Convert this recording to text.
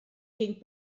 ging